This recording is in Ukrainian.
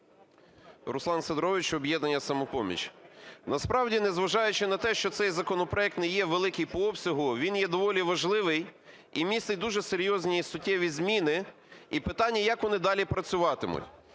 Руслан Сидорович, "Об'єднання "Самопоміч". Насправді, незважаючи на те, що цей законопроект не є великий по обсягу, він є доволі важливий і містить дуже серйозні, і суттєві зміни. І питання, як вони далі працюватимуть?